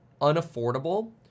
unaffordable